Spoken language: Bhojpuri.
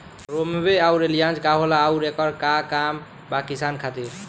रोम्वे आउर एलियान्ज का होला आउरएकर का काम बा किसान खातिर?